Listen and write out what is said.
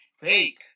fake